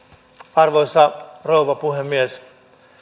arvoisa rouva puhemies